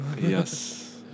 Yes